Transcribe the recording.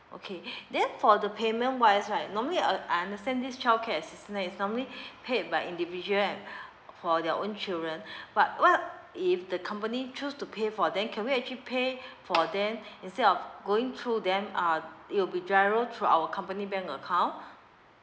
okay then for the payment wise right normally uh I understand this child care assistant that is normally paid by individual right for their own children but what if the company choose to pay for them can we actually pay for them instead of going through them uh it'll be giro to our company bank account